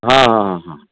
ಹಾಂ ಹಾಂ ಹಾಂ ಹಾಂ